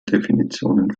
definitionen